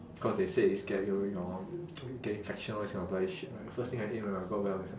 cause they said it's or get infection all these kind of bloody shit right the first thing I ate when I got well is like